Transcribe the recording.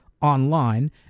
online